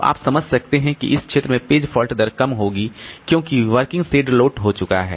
तो आप समझ सकते हैं कि इस क्षेत्र में पेज फॉल्ट दर कम होगी क्योंकि वर्किंग सेट लोड हो चुका है